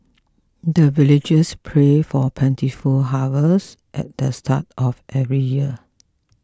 the villagers pray for plentiful harvest at the start of every year